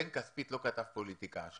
בן כספית לא כתב פוליטיקה.